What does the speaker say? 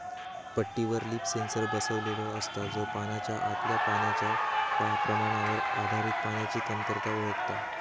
पट्टीवर leaf sensor बसवलेलो असता, जो पानाच्या आतल्या पाण्याच्या प्रमाणावर आधारित पाण्याची कमतरता ओळखता